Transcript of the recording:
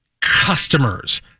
customers